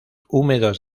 húmedos